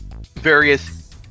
various